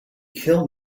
kill